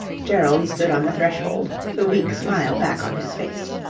gerald stood on the threshold, the weak smile back on his face.